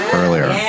earlier